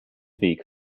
weg